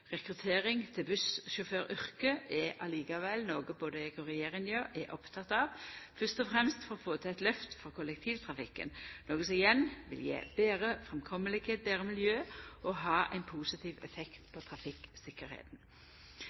bussjåføryrket er likevel noko som både eg og regjeringa er opptekne av, fyrst og fremst for å få til eit lyft for kollektivtrafikken, noko som igjen vil gje betre framkomst, betre miljø og ha ein positiv effekt på